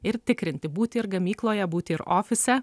ir tikrinti būti ir gamykloje būti ir ofise